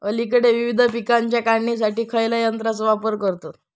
अलीकडे विविध पीकांच्या काढणीसाठी खयाच्या यंत्राचो वापर करतत?